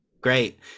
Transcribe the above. Great